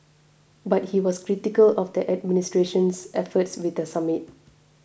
but he was critical of the administration's efforts with the summit